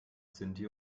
sinti